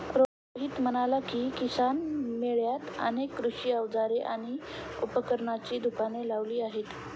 रोहित म्हणाला की, किसान मेळ्यात अनेक कृषी अवजारे आणि उपकरणांची दुकाने लावली आहेत